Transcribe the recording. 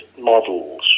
models